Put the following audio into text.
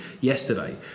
yesterday